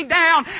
down